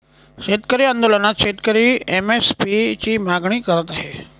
शेतकरी आंदोलनात शेतकरी एम.एस.पी ची मागणी करत आहे